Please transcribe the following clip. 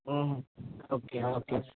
okay okay